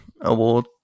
award